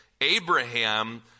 Abraham